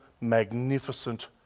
magnificent